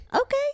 Okay